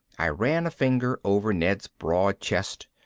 i ran a finger over ned's broad chest.